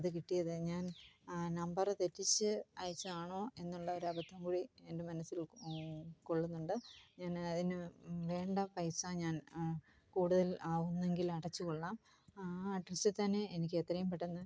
അത് കിട്ടിയത് ഞാൻ നമ്പറ് തെറ്റിച്ച് അയച്ചതാണോ എന്നുള്ള ഒരു അബദ്ധംകൂടി എൻ്റെ മനസിൽ ഉ ഉൾക്കൊള്ളുന്നുണ്ട് ഞാൻ അതിന് വേണ്ട പൈസ ഞാൻ കൂടുതൽ ആവുന്നെങ്കിൽ അടച്ചുകൊള്ളാം ആ അഡ്രസ്സിൽ തന്നെ എനിക്ക് എത്രയും പെട്ടന്ന്